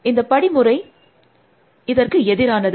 இந்த படிமுறை 3158 இதற்கு எதிரானது